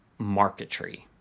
marketry